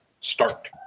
start